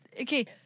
okay